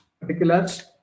particulars